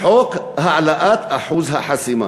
חוק העלאת אחוז החסימה,